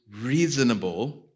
reasonable